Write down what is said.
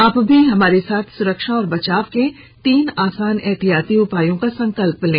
आप भी हमारे साथ सुरक्षा और बचाव के तीन आसान एहतियाती उपायों का संकल्प लें